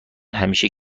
همیشه